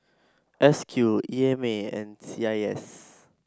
S Q E M A and C I S